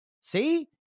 See